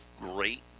great